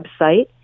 website